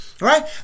right